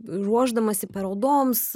ruošdamasi parodoms